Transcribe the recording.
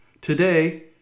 Today